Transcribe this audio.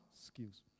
skills